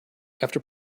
after